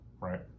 Right